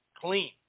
clean